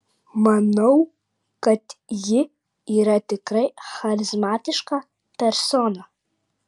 manau kad ji yra tikrai charizmatiška persona